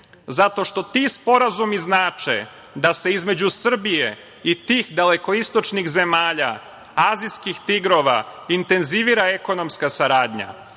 zato što ti sporazumi znače da se između Srbije i tih dalekoistočnih zemalja, azijskih tigrova intenzivira ekonomska saradnja,